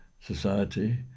society